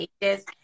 pages